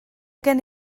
gen